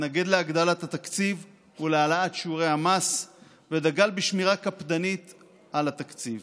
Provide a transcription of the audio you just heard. התנגד להגדלת התקציב ולהעלאת שיעורי המס ודגל בשמירה קפדנית על התקציב.